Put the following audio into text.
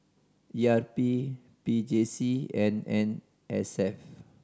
E R P P J C and N S F